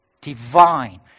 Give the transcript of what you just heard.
divine